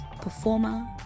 performer